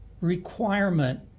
requirement